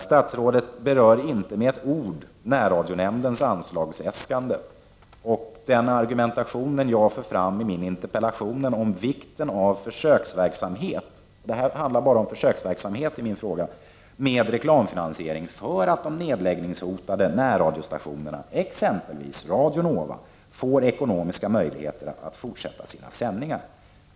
Statsrådet berör inte med ett ord närradionämndens anslagsäskande eller den argumentation som jag för fram i min interpellation om vikten av försöksverksamhet — det handlar då enbart om sådan verksamhet i min fråga — med reklamfinansiering för att de nedläggningshotade närradiostationerna, exempelvis Radio Nova, skall ha ekonomiska möjligheter att fortsätta med sina sändningar.